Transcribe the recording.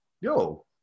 Yo